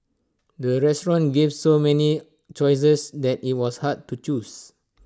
the restaurant gave so many choices that IT was hard to choose